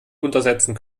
untersetzen